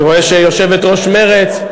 אני רואה שיושבת-ראש מרצ,